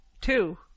Two